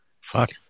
Fuck